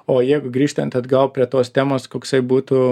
o jeigu grįžtant atgal prie tos temos koksai būtų